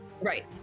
Right